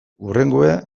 hurrengoa